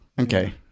okay